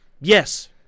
Yes